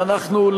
ואנחנו,